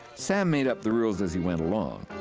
sam made up the rules as he went along.